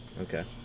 Okay